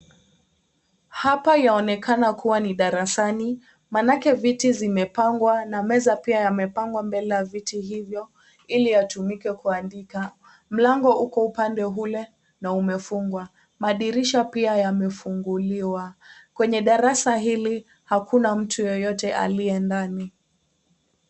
Hapa inaonekana kuwa ni darasani, maanake viti vimepangwa na meza pia imepangwa mbele ya viti hizo ili itumike kuanfika, mlango iko upande ule na imefungwa madirisha pia yamefunguliwa. kwenye darasa hili hakuna mtu yeyite aliyekuwa ndani.